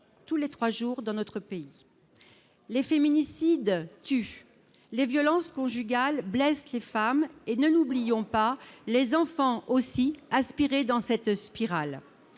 tous les trois jours dans notre pays. Les « féminicides » tuent, les violences conjugales blessent les femmes et, ne l'oublions pas, les enfants aussi, aspirés dans cette spirale.